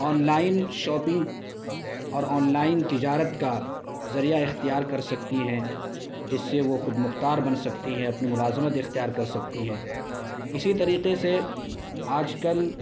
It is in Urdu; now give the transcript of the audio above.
آن لائن شاپنگ اور آن لائن تجارت کا ذریعہ اختیار کر سکتی ہیں جس سے وہ خود مختار بن سکتی ہے اپنی ملازمت اختیار کر سکتی ہیں اسی طریقے سے آج کل